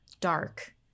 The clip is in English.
dark